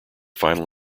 final